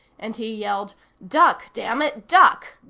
and he yelled duck, damn it, duck!